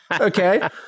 Okay